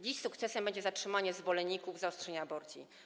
Dziś sukcesem będzie zatrzymanie zwolenników zaostrzenia aborcji.